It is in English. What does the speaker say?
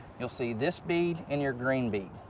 you'll see this bead and your green bead.